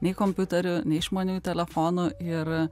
nei kompiuterių nei išmaniųjų telefonų ir